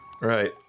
Right